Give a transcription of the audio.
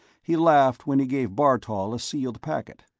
he laughed when he gave bartol a sealed packet.